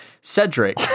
Cedric